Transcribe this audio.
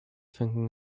thinking